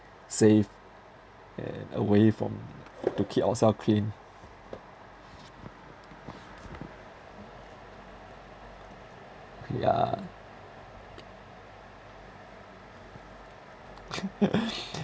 safe and away from to keep ourself clean yeah